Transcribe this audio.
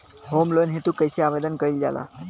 Home loan हेतु कइसे आवेदन कइल जाला?